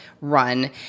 run